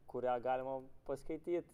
kurią galima paskaityt